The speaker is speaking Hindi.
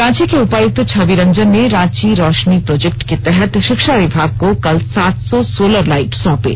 रांची के उपायुक्त छविरंजन ने रांची रोशनी प्रोजेक्ट के तहत शिक्षा विभाग को कल सात सौ सोलर लाइट सौंपे